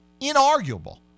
inarguable